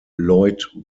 lloyd